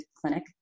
clinic